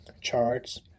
charts